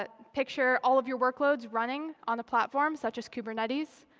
ah picture all of your workloads running on a platform, such as kubernetes.